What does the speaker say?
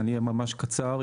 אדבר קצרה,